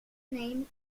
names